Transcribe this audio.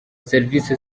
serivisi